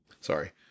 sorry